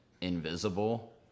invisible